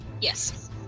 Yes